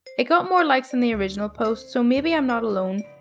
it got more likes than the original post, so maybe i'm not alone.